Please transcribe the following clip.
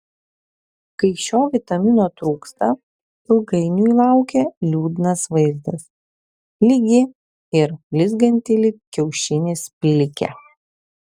kai šio vitamino trūksta ilgainiui laukia liūdnas vaizdas lygi ir blizganti lyg kiaušinis plikė